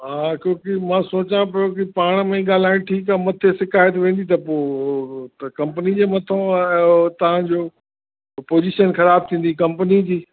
हा क्योंकि मां सोचां पियो की पाण में ॻाल्हाए ठीकु आहे मथे शिकायत वेंदी त पोइ त कंपनी जे मथां आहे तुंहिंजो पोज़ीशन ख़राबु थींदी कंपनी जी